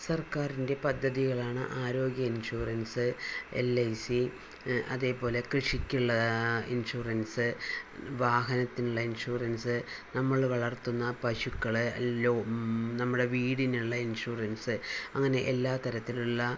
സർക്കാരിൻ്റെ പദ്ധതികളാണ് ആരോഗ്യ ഇൻഷുറൻസ് എൽഐസി അതേപോലെ കൃഷിക്കുള്ള ഇൻഷുറൻസ് വാഹനത്തിനുള്ള ഇൻഷുറൻസ് നമ്മള് വളർത്തുന്ന പശുക്കള് ലോ നമ്മുടെ വീടിനുള്ള ഇൻഷുറൻസ് അങ്ങനെ എല്ലാ തരത്തിലുള്ള